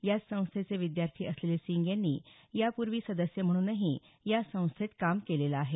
याच संस्थेचे विद्यार्थी असलेले सिंग यांनी यापूर्वी सदस्य म्हणूनही या संस्थेत काम केलेलं आहे